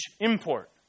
import